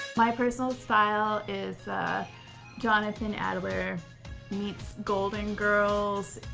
my personal style is jonathan adler meets golden girls